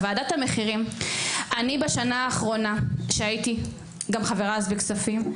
לגבי ועדת המחירים בשנה האחרונה כשהייתי חברה בוועדת הכספים,